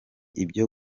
ibyo